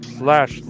slash